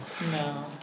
No